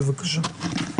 בבקשה.